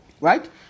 right